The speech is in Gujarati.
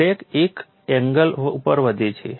ક્રેક એક એંગલ ઉપર વધે છે